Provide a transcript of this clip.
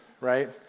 right